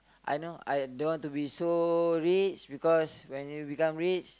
I know I don't want to be so rich because when you become rich